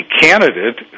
candidate